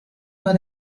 war